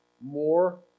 more